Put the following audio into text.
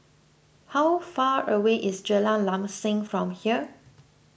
how far away is Jalan Lam Sam from here